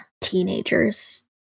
teenagers